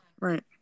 right